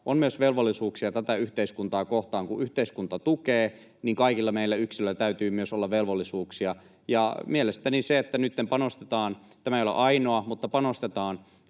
on myös velvollisuuksia tätä yhteiskuntaa kohtaan. Kun yhteiskunta tukee, niin kaikilla meillä yksilöillä täytyy myös olla velvollisuuksia. Mielestäni se, että nytten panostetaan — tämä ei ole ainoa — siihen,